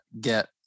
get